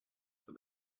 for